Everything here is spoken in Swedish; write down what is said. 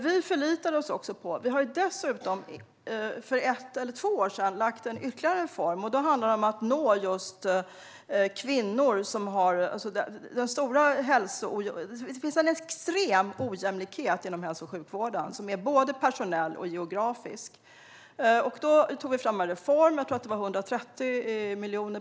Vi har dessutom, för ett eller två år sedan, presenterat ytterligare en reform, som jag tror omfattade 130 miljoner per år. Den skulle riktas till vårdcentraler, som skulle arbeta uppsökande för att nå kvinnor med en sämre hälsoprofil.